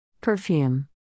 Perfume